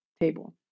table